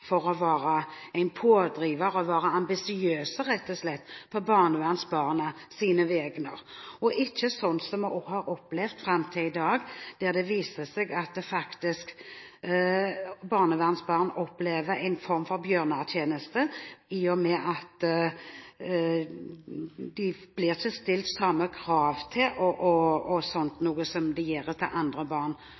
for å være en pådriver og å være ambisiøs, rett og slett på barnevernsbarnas vegne, og ikke sånn som det har vist seg å være fram til i dag, at barnevernsbarn faktisk opplever at man gjør dem en form for bjørnetjeneste, i og med at de ikke blir stilt samme krav til osv. som andre barn. Å gjøre dem svakere enn det